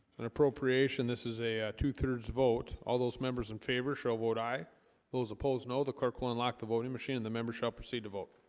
an appropriation, this is a two-thirds vote all those members in favor shall vote aye those opposed no, the clerk will unlock the voting machine and the member shall proceed to vote